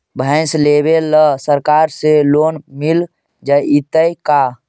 भैंस लेबे ल सरकार से लोन मिल जइतै का?